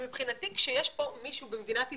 מבחינתי כשיש פה מישהו במדינת ישראל,